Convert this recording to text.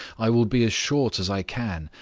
i will be as short as i can.